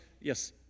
yes